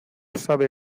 sabe